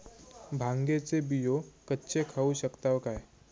भांगे चे बियो कच्चे खाऊ शकताव काय?